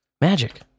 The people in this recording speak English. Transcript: Magic